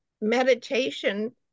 meditation